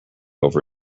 over